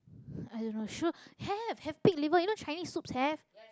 I don't know should have have pig liver you know Chinese soups have